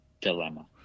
dilemma